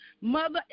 Mother